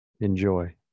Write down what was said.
Enjoy